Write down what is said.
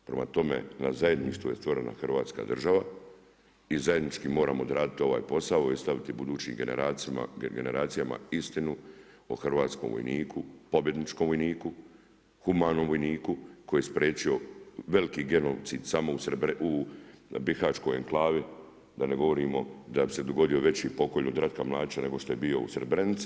Prema tome, na zajedništvu je stvorena Hrvatska država i zajednički moramo odraditi ovaj posao i staviti budućim generacijama istinu o hrvatskom vojniku, pobjedničkom vojniku, humanom vojniku koji je spriječio veliki genocid samo u Bihaćkoj enklavi, da ne govorimo da bi se dogodio veći pokolj od Ratka Mladića nego što je bio u Srebrenici.